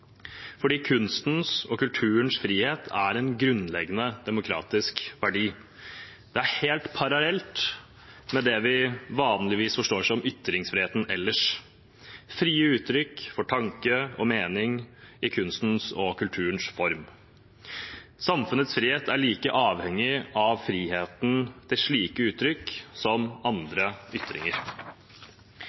kunstens og kulturens frihet er en grunnleggende demokratisk verdi. Det er helt parallelt med det vi vanligvis forstår som ytringsfrihet – frie uttrykk for tanke og mening i kunstens og kulturens form. Samfunnets frihet er like avhengig av friheten til slike uttrykk som til andre ytringer.